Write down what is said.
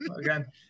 again